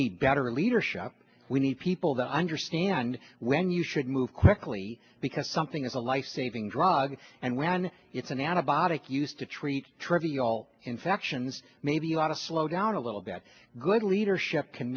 need better leadership we need people to understand when you should move quickly because something is a life saving drug and when it's an antibiotic used to treat trivial infections maybe you ought to slow down a little bit of good leadership can